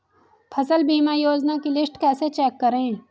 फसल बीमा योजना की लिस्ट कैसे चेक करें?